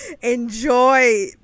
enjoy